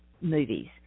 movies